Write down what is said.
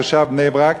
תושב בני-ברק,